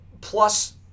plus